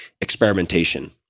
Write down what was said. experimentation